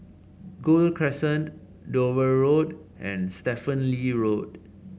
Gul Crescent Dover Road and Stephen Lee Road